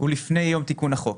הוא לפני יום תיקון החוק.